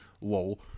lol